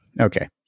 okay